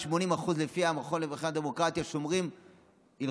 לפי המכון לדמוקרטיה, למעלה מ-80% שומרים הלכות,